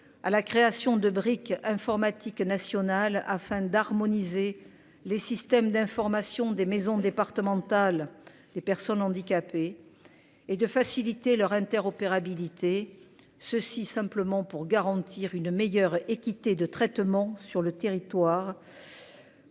à la création de briques informatique nationale afin d'harmoniser les systèmes d'information, des maisons départementales des personnes handicapées et de faciliter leur interopérabilité ceux-ci simplement pour garantir une meilleure équité de traitement sur le territoire.